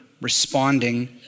responding